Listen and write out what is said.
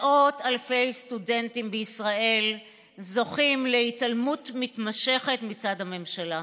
מאות אלפי סטודנטים בישראל זוכים להתעלמות מתמשכת מצד הממשלה.